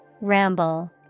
Ramble